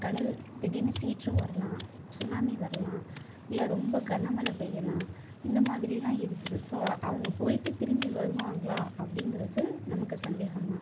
கடல் திடீர்னு சீற்றம் வரலாம் சுனாமி வரலாம் இல்லை ரொம்ப கனமழை பெய்யலாம் இந்த மாதிரிலாம் இருக்குது ஸோ அவங்க போய்ட்டு திரும்பி வருவாங்களா அப்படிங்கறது நமக்கு சந்தேகம் தான்